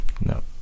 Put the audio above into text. No